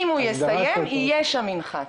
אם הוא יסיים יהיה שם מנחת.